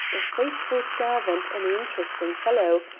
a faithful servant and an interesting fellow.